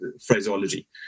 phraseology